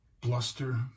bluster